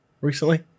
recently